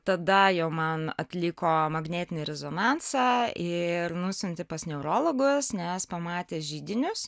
tada jau man atliko magnetinį rezonansą ir nusiuntė pas neurologus nes pamatė židinius